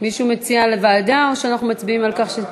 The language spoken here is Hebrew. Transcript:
מישהו מציע לוועדה, או שאנחנו מצביעים על כך,